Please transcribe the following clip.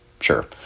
Sure